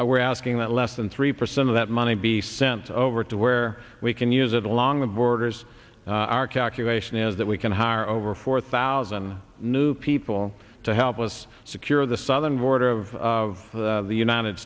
were asking that less than three percent of that money be sent over to where we can use it along the borders our calculation is that we can hire over four thousand new people to help us secure the southern border of the united